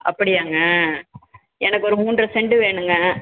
அப்படியாங்க எனக்கு ஒரு மூன்றரை செண்டு வேணுங்க